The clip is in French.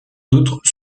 d’autres